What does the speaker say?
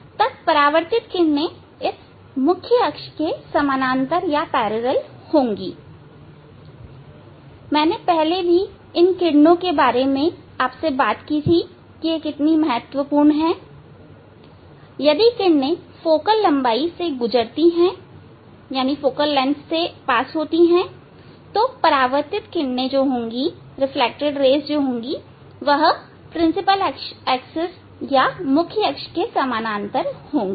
तब परावर्तित किरणें इस मुख्य अक्ष के समानांतर होंगी मैंने पहले ही आपसे इन किरणों की महत्ता के बारे में बात की थी यदि किरणें फोकल लंबाई से गुजरती हैं तो परावर्तित किरणें मुख्य अक्ष के समानांतर होंगी